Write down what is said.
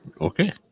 Okay